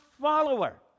follower